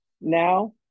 Now